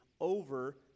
over